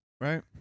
Right